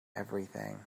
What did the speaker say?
everything